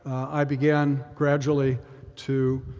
i began gradually to